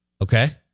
Okay